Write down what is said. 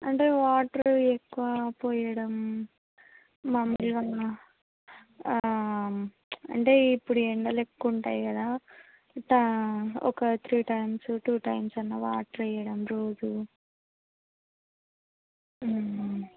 అంటే వాటర్ ఎక్కువ పోయడం మమ్మలుకన్నా అంటే ఇప్పుడు ఎండలు ఎక్కువు ఉంటాయి కదా ట ఒక త్రీ టైమ్స్ టూ టైమ్స్ అన్నా వాటర్ వేయడం రోజు